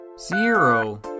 zero